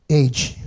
age